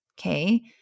okay